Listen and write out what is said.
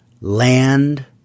land